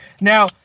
now